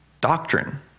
doctrine